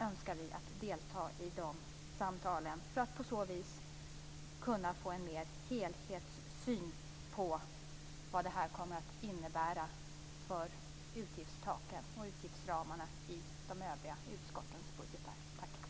önskar vi i Vänsterpartiet delta i de samtalen för att på så vis kunna få en helhetssyn på vad det kommer att innebära för utgiftstaken och utgiftsramarna i de övriga utskottens budgetar.